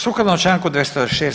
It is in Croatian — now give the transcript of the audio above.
Sukladno članku 206.